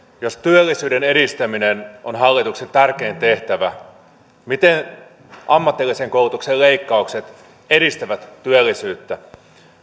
jos työllisyyden edistäminen on hallituksen tärkein tehtävä miten ammatillisen koulutuksen leikkaukset edistävät työllisyyttä